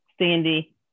Sandy